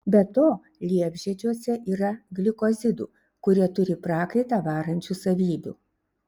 be to liepžiedžiuose yra glikozidų kurie turi prakaitą varančių savybių